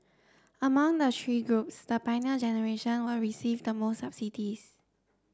among the three groups the Pioneer Generation will receive the most subsidies